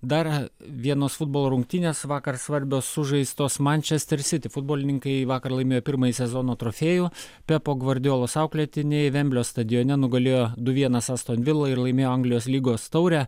dar vienos futbolo rungtynės vakar svarbios sužaistos manchester city futbolininkai vakar laimėjo pirmąjį sezono trofėjų pepo gvardiolos auklėtiniai vemblio stadione nugalėjo du vienas aston vilą ir laimėjo anglijos lygos taurę